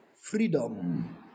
freedom